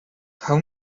how